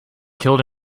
killed